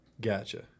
Gotcha